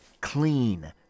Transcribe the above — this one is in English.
clean